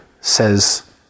says